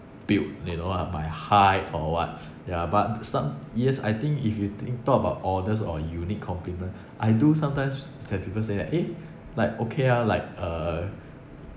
build you know like my height or what yeah but some yes I think if you think talk about oddest or unique compliment I do sometimes have people say like eh like okay ah like uh